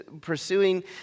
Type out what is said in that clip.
pursuing